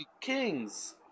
kings